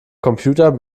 computer